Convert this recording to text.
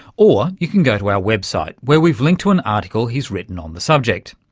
or you can go to our website where we've linked to an article he's written on the subject.